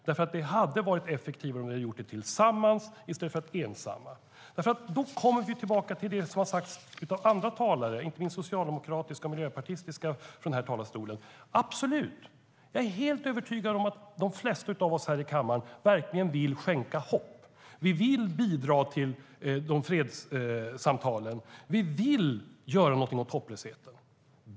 Det hade varit effektivare om vi hade gjort det tillsammans i stället för ensamma. Då kommer vi tillbaka till det som har sagts av andra talare, inte minst socialdemokratiska och miljöpartistiska, från den här talarstolen. Jag är helt övertygad om att de flesta av oss här i kammaren verkligen vill skänka hopp. Vi vill bidra till fredssamtalen. Vi vill göra något åt hopplösheten.